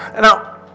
Now